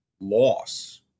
loss